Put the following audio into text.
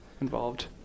involved